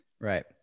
Right